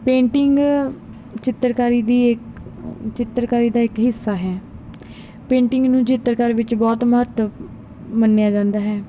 painting ਚਿੱਤਰਕਾਰੀ ਦੀ ਇੱਕ ਚਿੱਤਰਕਾਰੀ ਦਾ ਇੱਕ ਹਿੱਸਾ ਹੈ ਪੇਂਟਿੰਗ ਨੂੰ ਚਿੱਤਰਕਾਰੀ ਵਿੱਚ ਬਹੁਤ ਮਹੱਤਵ ਮੰਨਿਆ ਜਾਂਦਾ ਹੈ